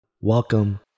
Welcome